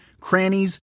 crannies